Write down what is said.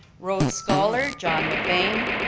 rhodes scholar john mcbain,